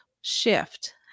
shift